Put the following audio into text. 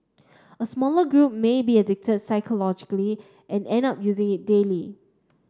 a smaller group may be addicted psychologically and end up using it daily